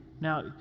now